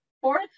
Fourth